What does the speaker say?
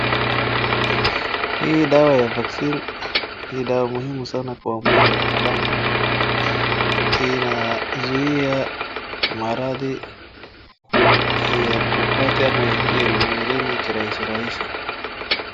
Hii dawa ya [vaccine] ni dawa muhimu sana kwa mwili ya binadamu. Inazuia maradhi ya kupata yameingia mwilini kirahisi rahisi.